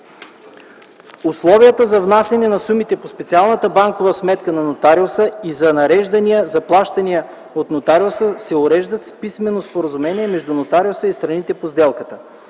Условията за внасяне на сумите по специалната банкова сметка на нотариуса и за нареждания за плащания от нотариуса се уреждат с писмено споразумение между нотариуса и страните по сделката.